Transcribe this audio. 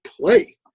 play